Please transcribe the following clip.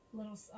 little